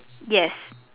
yes